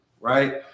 right